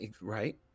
Right